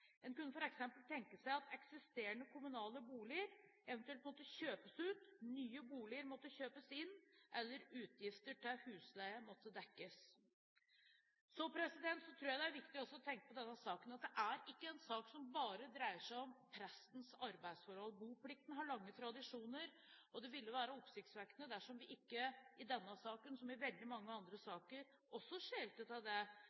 En kunne f.eks. tenke seg at eksisterende kommunale boliger eventuelt måtte kjøpes ut, nye boliger måtte kjøpes inn eller utgifter til husleie måtte dekkes. Så tror jeg det er viktig å tenke på at denne saken ikke bare dreier seg om prestens arbeidsforhold. Boplikten har lange tradisjoner, og det ville være oppsiktsvekkende dersom vi i denne saken – som i veldig mange andre saker – ikke skjelte til det